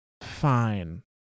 fine